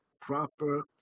proper